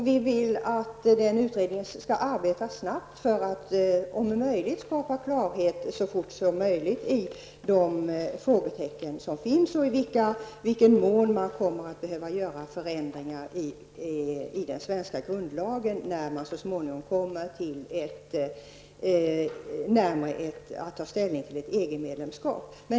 Vi vill att den utredningen skall arbeta snabbt för att om möjligt skapa klarhet så fort som möjligt när det gäller de frågetecken som finns och i vilken mån man kommer att behöva göra förändringar i den svenska grundlagen när man så småningom närmar sig den tidpunkt då beslut skall fattas om en ansökan om medlemskap i EG.